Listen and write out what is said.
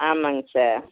ஆமாங்க சார்